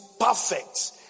perfect